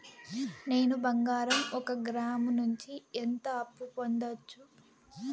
నేను బంగారం ఒక గ్రాము నుంచి ఎంత అప్పు పొందొచ్చు